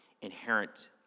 inherent